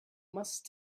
must